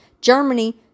Germany